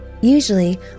Usually